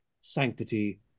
sanctity